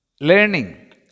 learning